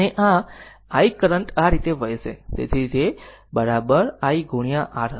અને આ I current આ રીતે વહેશે તેથી તે I R હશે